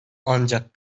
ancak